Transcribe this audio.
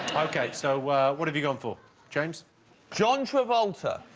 okay so what have you gone for james john travolta?